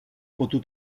potu